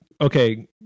okay